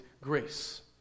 grace